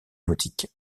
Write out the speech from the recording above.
nautiques